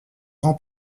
grand